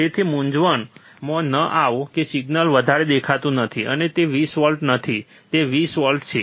તેથી મૂંઝવણમાં ન આવો કે સિગ્નલ વધારે દેખાતું નથી અને તે 20 વોલ્ટ નથી તે 20 વોલ્ટ છે